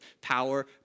power